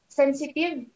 sensitive